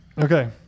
Okay